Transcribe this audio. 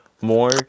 more